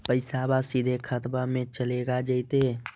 पैसाबा सीधे खतबा मे चलेगा जयते?